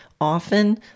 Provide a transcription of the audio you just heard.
often